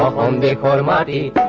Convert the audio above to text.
on the car um ah